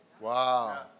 Wow